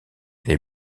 les